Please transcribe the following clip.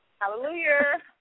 Hallelujah